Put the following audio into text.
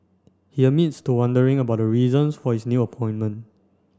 he admits to wondering about the reasons for his new appointment